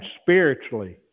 spiritually